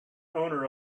owner